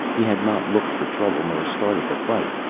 he had not looked for trouble nor started the fight.